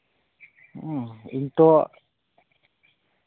ᱦᱩᱸᱜᱼᱩ ᱤᱧ ᱛᱚ